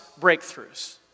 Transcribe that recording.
breakthroughs